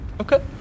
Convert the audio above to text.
Okay